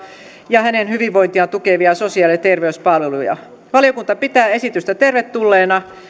ja hänen hyvinvointiaan tukevia sosiaali ja terveyspalveluja valiokunta pitää esitystä tervetulleena